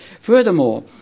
Furthermore